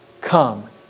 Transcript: come